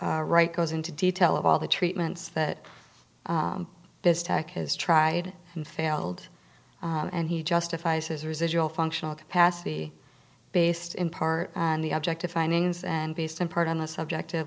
but right goes into detail of all the treatments that this tech has tried and failed and he justifies his residual functional capacity based in part and the object of findings and based in part on the subject